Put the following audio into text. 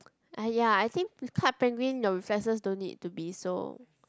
!aiya! I think p~ Club Penguin your reflexes don't need to be so